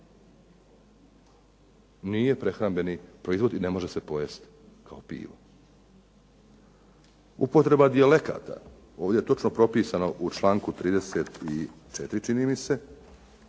Nije prehrambeni proizvod i ne može se pojesti kao pivo. Upotreba dijalekata ovdje točno propisana u članku 34. čini mi se,